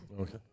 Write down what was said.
okay